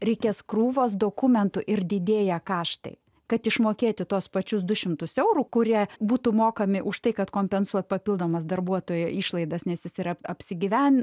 reikės krūvos dokumentų ir didėja kaštai kad išmokėti tuos pačius du šimtus eurų kurie būtų mokami už tai kad kompensuoti papildomas darbuotojo išlaidas nes jis yra apsigyventi